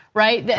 right?